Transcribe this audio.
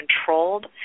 controlled